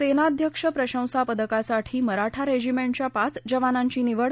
सेनाध्यक्ष प्रशंसा पदका साठी मराठा रेजिमेंटच्या पाच जवानांची निवड